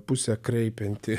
pusę kreipianti